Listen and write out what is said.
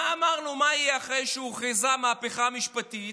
מה אמרנו שיהיה אחרי שהוכרזה המהפכה המשפטית,